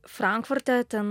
frankfurte ten